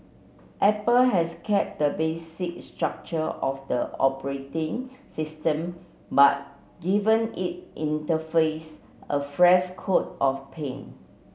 apple has kept the basic structure of the operating system but given it interface a fresh coat of paint